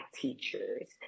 teachers